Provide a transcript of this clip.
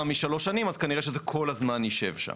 משלוש שנים אז כנראה שזה כל הזמן יישב שם.